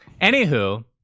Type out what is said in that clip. anywho